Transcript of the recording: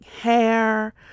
hair